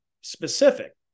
specific